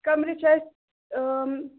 کَمرٕ چھِ اَسہِ